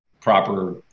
proper